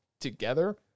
together